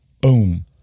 boom